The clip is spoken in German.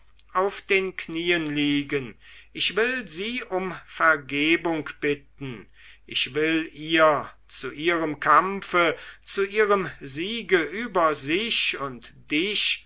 auf den knien liegen ich will sie um vergebung bitten ich will ihr zu ihrem kampfe zu ihrem siege über sich und dich